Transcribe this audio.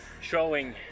Showing